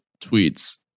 tweets